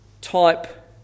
type